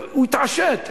הוא התעשת.